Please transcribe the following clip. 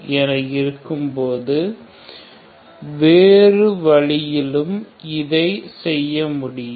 என இருக்கும்போது வேறு வழியிலும் இதை செய்ய முடியும்